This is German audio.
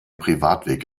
privatweg